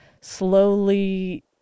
slowly